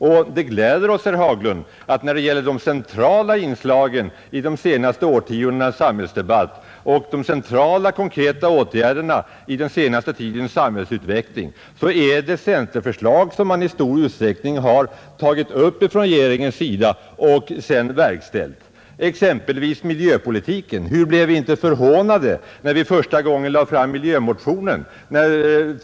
Och det gläder oss, herr Haglund, att när det gäller de centrala inslagen i de senaste årtiondenas samhällsdebatt och de centrala konkreta åtgärderna i den senaste tidens samhällsutveckling är det centerförslag som regeringen i stor utsträckning har tagit upp och verkställt. Hur blev vi exempelvis inte förhånade när vi första gången väckte miljömotionen?